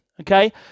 okay